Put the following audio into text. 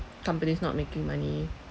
companies not making money